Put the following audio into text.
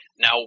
Now